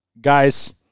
guys